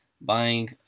buying